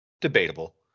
debatable